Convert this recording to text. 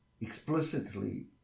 explicitly